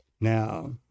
Now